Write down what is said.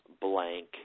blank